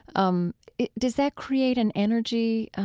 um does that create an energy,